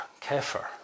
kefir